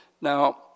Now